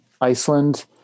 Iceland